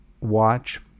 watch